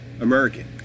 American